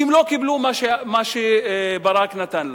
כי הם לא קיבלו מה שברק נתן להם.